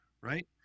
right